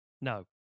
no